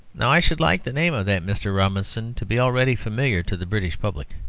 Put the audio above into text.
now i should like the name of that mr. robinson to be already familiar to the british public.